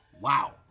Wow